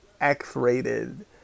X-rated